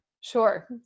Sure